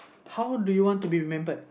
how do you want to be remembered